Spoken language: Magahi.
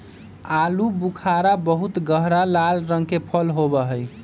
आलू बुखारा बहुत गहरा लाल रंग के फल होबा हई